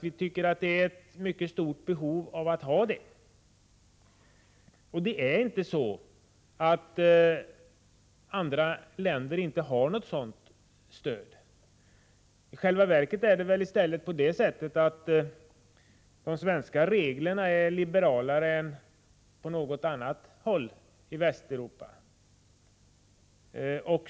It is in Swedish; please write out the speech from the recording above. Vi tycker att det finns ett mycket stort behov av att ha den kvar. Det är inte så att andra länder inte har motsvarande stöd. I själva verket är reglerna liberalare i Sverige än på något annat håll i Västeuropa.